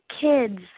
kids